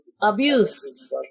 abused